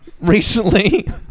recently